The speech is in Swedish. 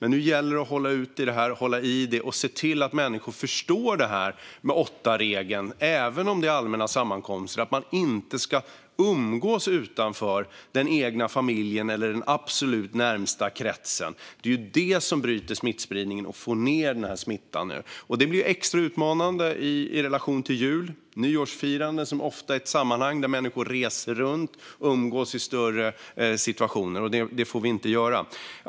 Nu gäller det att hålla ut och att hålla i detta och att se till att människor förstår regeln om åtta personer, även om det handlar om allmänna sammankomster, och att man inte ska umgås utanför den egna familjen eller den absolut närmaste kretsen. Det är ju det som bryter smittspridningen och får ned smittan. Detta blir extra utmanande i relation till jul och nyårsfiranden, som ofta är sammanhang där människor reser runt och umgås i större sällskap, vilket vi inte får göra.